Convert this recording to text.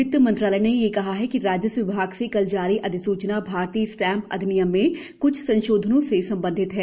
वित्त मंत्रालय ने कहा कि राजस्व विभाग से कल जारी अधिसूचना भारतीय स्टैम्प अधिनियम में कुछ संशोधनों से संबंधित है